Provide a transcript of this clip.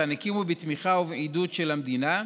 שהקימו אותן בתמיכה ובעידוד של המדינה,